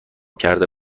کرده